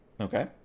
Okay